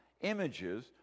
images